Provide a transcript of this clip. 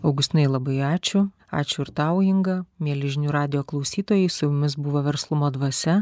augustinai labai ačiū ačiū ir tau inga mieli žinių radijo klausytojai su mumis buvo verslumo dvasia